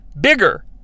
bigger